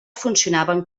funcionaven